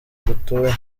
dutuye